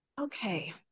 okay